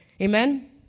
Amen